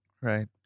Right